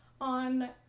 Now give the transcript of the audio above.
on